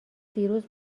دیروز